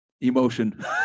emotion